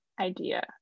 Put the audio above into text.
idea